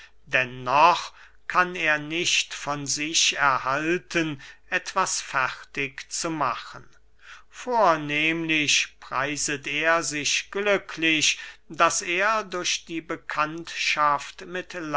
noch kann er nicht von sich erhalten etwas fertig zu machen vornehmlich preiset er sich glücklich daß er durch die bekanntschaft